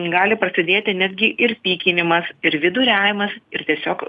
gali prasidėti netgi ir pykinimas ir viduriavimas ir tiesiog